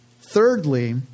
Thirdly